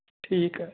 ਠੀਕ ਹੈ